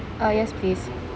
uh yes please